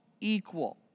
equal